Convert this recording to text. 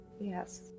Yes